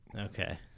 Okay